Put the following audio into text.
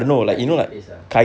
kaaykari paste ah